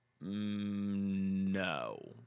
No